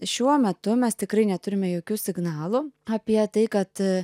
šiuo metu mes tikrai neturime jokių signalų apie tai kad